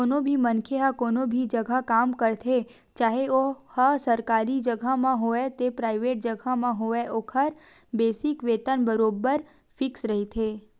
कोनो भी मनखे ह कोनो भी जघा काम करथे चाहे ओहा सरकारी जघा म होवय ते पराइवेंट जघा म होवय ओखर बेसिक वेतन बरोबर फिक्स रहिथे